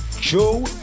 Joe